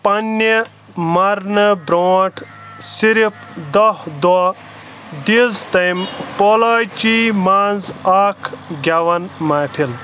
پننہِ مرنہٕ برونٛٹھ صرف دہ دہہ دِژ تٔمۍ پولاچی منٛز اکھ گٮ۪وَن محفِل